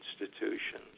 institutions